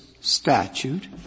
statute